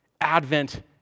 Advent